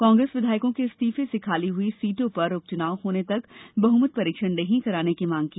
कांग्रेस विधायकों के इस्तीफे से खाली हई सीटों पर उपचुनाव होने तक बहमत परीक्षण नहीं कराने की मांग की